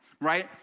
right